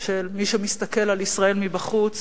של מי שמסתכל על ישראל מבחוץ